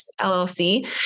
LLC